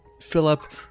Philip